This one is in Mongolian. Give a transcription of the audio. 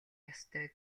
ёстой